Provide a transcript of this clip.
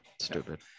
stupid